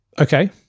Okay